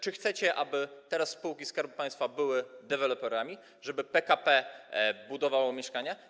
Czy chcecie, aby teraz spółki Skarbu Państwa były deweloperami, żeby PKP budowało mieszkania?